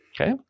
okay